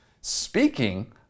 speaking